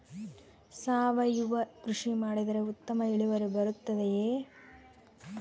ಸಾವಯುವ ಕೃಷಿ ಮಾಡಿದರೆ ಉತ್ತಮ ಇಳುವರಿ ಬರುತ್ತದೆಯೇ?